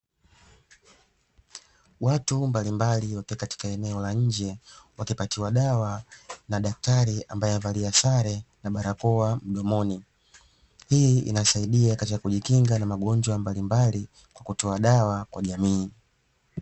Watu mbalimbali wakiwa katika eneo la nje wakipatiwa dawa na daktari ambaye amevalia sare na barakoa mdomoni, hii inasaidia katika kujikinga na magonjwa mbalimbali kwa kutoa dawa kwa jamii.